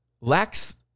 lacks